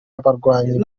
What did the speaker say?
abarwanyi